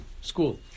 school